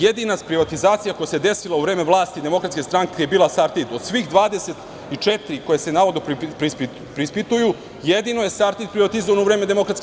Jedina privatizacija koja se desila u vreme vlasti DS je bila „Sartid“, od svih 24 koje se navodno preispituju, jedino je „Sartid“ privatizovan u vreme DS.